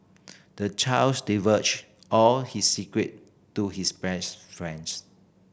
the child's divulged all his secret to his best friends